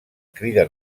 crida